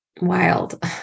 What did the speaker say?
wild